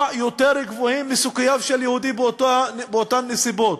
גבוהים מסיכוייו של יהודי באותן נסיבות.